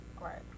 right